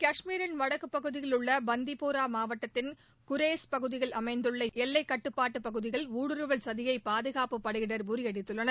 கஷ்மீரின் வடக்குப் பகுதியில் உள்ள பண்டிப்போரா மாவட்டத்தின் குரேஷ் பகுதியில் அமைந்துள்ள எல்லைக்கட்டுப்பாட்டு பகுதியில் ஊடுறுவல் சதியை பாதுகாப்புப் படையினர் முறியடித்துள்ளனர்